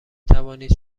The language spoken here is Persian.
توانید